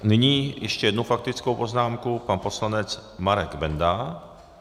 Nyní ještě jednu faktickou poznámku pan poslanec Marek Benda.